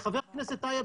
חבר הכנסת טייב